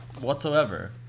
whatsoever